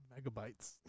Megabytes